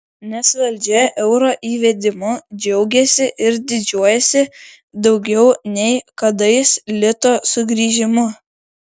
nes valdžia euro įvedimu džiaugiasi ir didžiuojasi daugiau nei kadais lito sugrįžimu